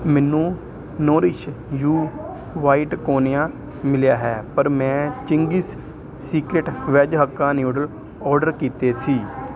ਮੈਨੂੰ Nourish You white quinoa ਮਿਲਿਆ ਹੈ ਪਰ ਮੈਂ Ching's Secret veg Hakka noodle order ਕੀਤੇ ਸੀ